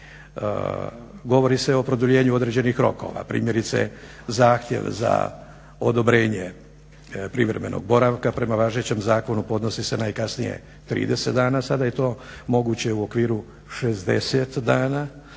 Govori se o produljenju određenih rokova, primjerice zahtjev za odobrenje privremenog boravka prema važećem zakonu podnosi se najkasnije 30 dana, sada je to moguće u okviru 60 dana